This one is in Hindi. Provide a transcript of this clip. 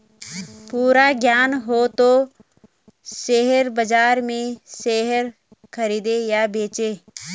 पूरा ज्ञान हो तभी शेयर बाजार में शेयर खरीदे या बेचे